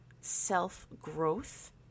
self-growth